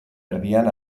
erdian